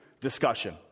discussion